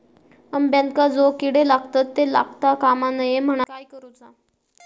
अंब्यांका जो किडे लागतत ते लागता कमा नये म्हनाण काय करूचा?